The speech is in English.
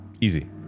Easy